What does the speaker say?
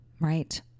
right